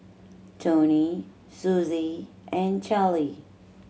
Toni Sussie and Charlee